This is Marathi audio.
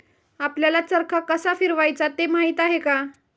आपल्याला चरखा कसा फिरवायचा ते माहित आहे का?